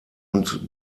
und